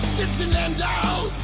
vincent van dahl